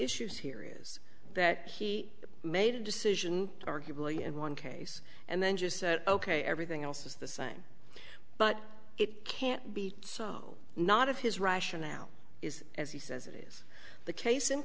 issues here is that he made a decision arguably in one case and then just said ok everything else is the same but it can't be so not of his rationale is as he says it is the case in